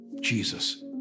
Jesus